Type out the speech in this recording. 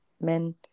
men